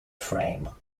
frame